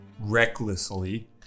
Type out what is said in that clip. recklessly